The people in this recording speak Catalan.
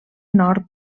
nord